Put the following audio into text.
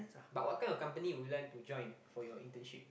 but what kind of company would you like to join for your internship